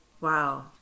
Wow